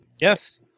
Yes